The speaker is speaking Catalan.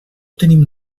tenim